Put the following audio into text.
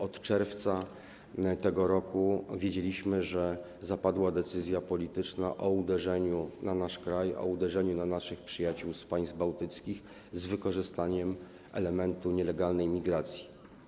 Od czerwca tego roku wiedzieliśmy, że zapadła decyzja polityczna o uderzeniu na nasz kraj, o uderzeniu na naszych przyjaciół z państw bałtyckich z wykorzystaniem elementu nielegalnej imigracji.